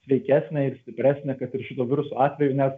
sveikesnę ir stipresnę kad ir šito viruso atveju nes